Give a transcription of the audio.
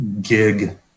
gig